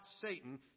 Satan